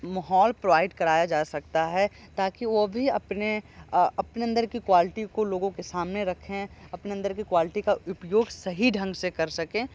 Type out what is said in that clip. माहौल प्रोवाइड कराया जा सकता है ताकि वो भी अपने अपने अंदर की क्वॉलिटी को लोगों के सामने रखें अपने अंदर की क्वॉलिटी का उपयोग सही ढंग से कर सकें